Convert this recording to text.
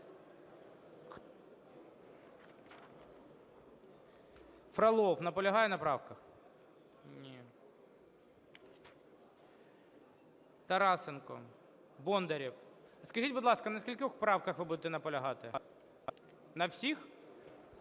Фролов наполягає на правках? Ні. Тарасенко? Бондарєв. Скажіть, будь ласка, на скількох правках ви будете наполягати? На всіх?